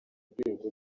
rwego